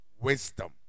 wisdom